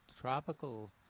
tropical